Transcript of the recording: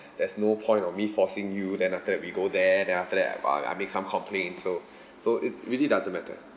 there's no point of me forcing you then after that we go there then after that like !wah! I make some complain so so it really doesn't matter